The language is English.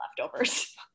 leftovers